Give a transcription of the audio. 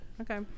Okay